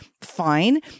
fine